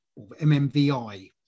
MMVI